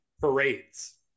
parades